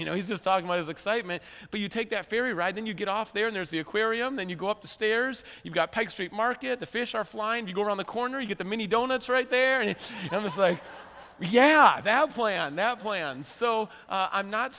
you know he's just talking about his excitement but you take that ferry ride and you get off there and there's the aquarium then you go up the stairs you've got to take street market the fish are flying to go around the corner you get the mini donuts right there and it's almost like yeah that plan that plan so i'm not